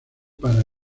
para